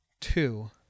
two